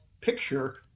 picture